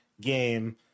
game